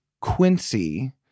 Quincy